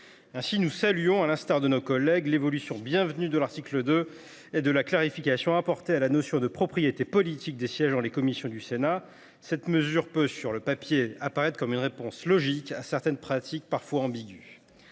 Ainsi, à l’instar de nos collègues, nous saluons l’évolution bienvenue de l’article 2, avec la clarification apportée à la notion de « propriété » politique des sièges dans les commissions du Sénat. Cette mesure peut, sur le papier, apparaître comme une réponse logique à certaines pratiques parfois ambiguës.